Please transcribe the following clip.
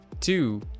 two